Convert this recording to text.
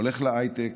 הולך להייטק,